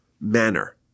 manner